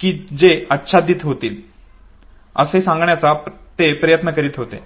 की ते आच्छादित होतील असे सांगण्याचा ते प्रयत्न करीत होते